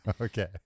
Okay